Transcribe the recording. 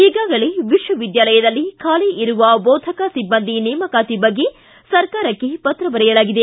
ಈಗಾಗಲೇ ವಿಶ್ವವಿದ್ಯಾಲಯಲ್ಲಿ ಖಾಲಿ ಇರುವ ಬೋಧಕ ಸಿಬ್ಬಂದಿ ನೇಮಕಾತಿ ಬಗ್ಗೆ ಸರ್ಕಾರಕ್ಕೆ ಪತ್ರ ಬರೆಯಲಾಗಿದೆ